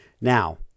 Now